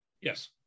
yes